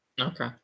okay